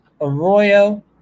Arroyo